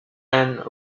and